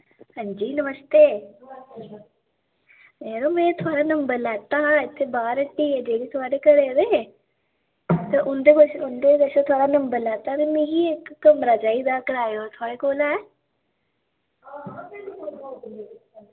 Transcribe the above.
हां जी नमस्ते यरो में थोआढ़ा नंबर लैता हा इत्थे बाह्र थोआढ़े घरै आह्ले ते उं'दे कश उं'दे कशा थोआढ़ा नंबर लैता ते मिगी इक कमरा चाहिदा कराए पर थोआढ़े कोल ऐ